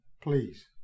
please